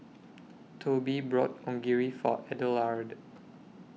Tobi bought Onigiri For Adelard